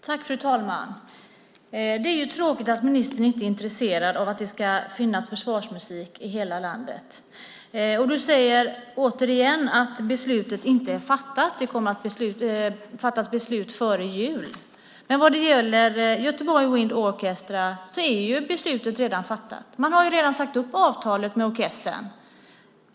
Fru talman! Det är tråkigt att ministern inte är intresserad av att det ska finnas försvarsmusik i hela landet. Sten Tolgfors säger återigen att beslutet inte är fattat utan att det kommer att fattas beslut före jul. Men vad gäller Göteborg Wind Orchestra är beslutet redan fattat. Man har ju redan sagt upp avtalet med orkestern.